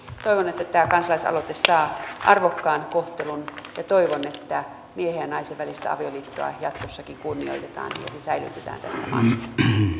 toivon että tämä kansalaisaloite saa arvokkaan kohtelun ja toivon että miehen ja naisen välistä avioliittoa jatkossakin kunnioitetaan ja se säilytetään tässä maassa